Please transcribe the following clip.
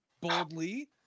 boldly